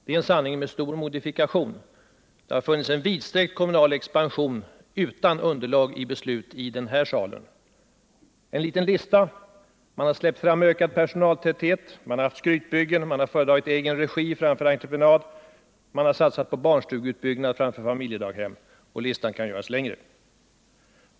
Det är en sanning med stor modifikation. Det har funnits en vidsträckt kommunal expansion utan underlag i beslut från den här salen. En liten lista: Man har släppt fram ökad personaltäthet, man har haft skrytbyggen, man har föredragit egen regi framför entreprenad, man har satsat på barnstugeutbyggnad framför familjedaghem. Listan kan göras längre.